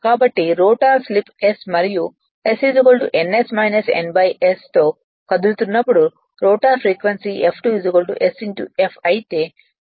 కాబట్టి rotor slip s మరియు s ns n s తో కదులుతున్నప్పుడు rotor frequency F2 s f అయితే ఈ s f